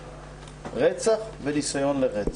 רצח וניסיון לרצח,